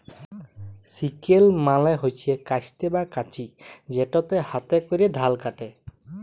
sickle মালে হচ্যে কাস্তে বা কাঁচি যেটাতে হাতে ক্যরে ধাল কাটে